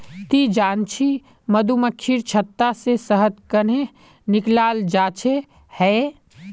ती जानछि मधुमक्खीर छत्ता से शहद कंन्हे निकालाल जाच्छे हैय